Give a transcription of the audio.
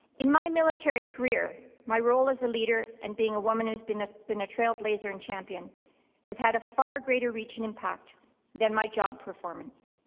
in my military career, my role as a leader and being a woman who's been a been a trailblazer and champion has had a far greater reach and impact than my job performance.